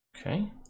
Okay